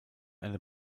eine